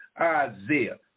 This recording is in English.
Isaiah